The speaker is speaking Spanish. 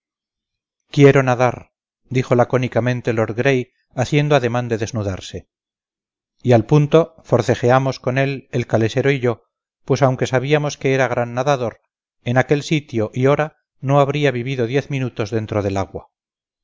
quiero nadar dijo lacónicamente lord gray haciendo ademán de desnudarse y al punto forcejeamos con él el calesero y yo pues aunque sabíamos que era gran nadador en aquel sitio y hora no habría vivido diez minutos dentro del agua